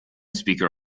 speaker